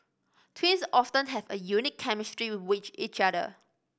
twins often have a unique chemistry with each other